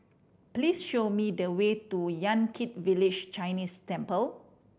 please show me the way to Yan Kit Village Chinese Temple